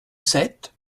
sept